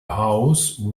house